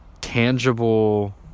tangible